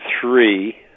three